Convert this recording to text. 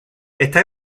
está